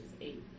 eight